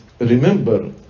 remember